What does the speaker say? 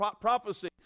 prophecy